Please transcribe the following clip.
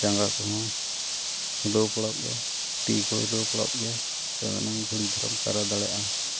ᱡᱟᱸᱜᱟ ᱠᱚᱦᱚᱸ ᱦᱤᱞᱟᱹᱣ ᱯᱟᱲᱟᱜ ᱜᱮᱭᱟ ᱛᱤ ᱠᱚ ᱦᱤᱞᱟᱹᱣ ᱯᱟᱲᱟᱜ ᱜᱮᱭᱟ ᱛᱚᱵᱮ ᱮᱱᱟᱝ ᱜᱷᱟᱹᱲᱤᱠ ᱫᱷᱟᱨᱟᱢ ᱯᱟᱭᱨᱟ ᱫᱟᱲᱮᱭᱟᱜᱼᱟ